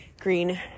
green